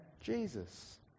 Jesus